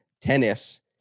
tennis